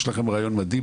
יש לכם רעיון מדהים,